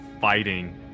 fighting